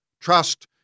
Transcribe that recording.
trust